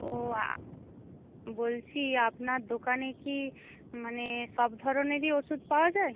ও বলছি আপনার দোকানে কি মানে সব ধরনেরই ওষুধ পাওয়া যায়